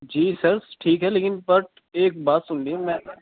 جی سرس ٹھیک ہے لیکن بٹ ایک بات سن لیے میں